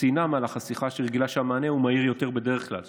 שציינה במהלך השיחה שהיא רגילה שהמענה הוא מהיר יותר בדרך כלל.